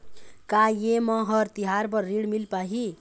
का ये म हर तिहार बर ऋण मिल पाही?